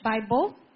Bible